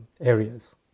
areas